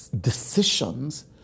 decisions